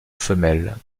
femelle